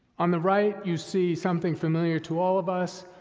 on the right, you see something familiar to all of us,